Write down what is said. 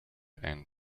and